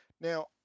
now